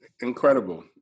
incredible